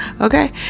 okay